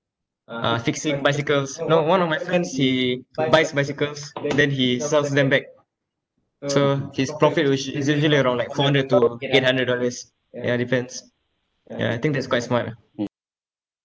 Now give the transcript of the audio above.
uh fixing bicycles you know one of my friends he buys bicycles then he sells them back so his profit which is usually around like four hundred to eight hundred dollars ya depends ya I think that's quite smart ah